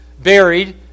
buried